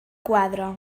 quadre